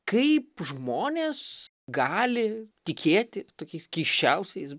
kaip žmonės gali tikėti tokiais keisčiausiais